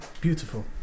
beautiful